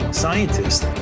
scientists